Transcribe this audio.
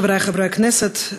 חברי חברי הכנסת,